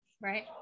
right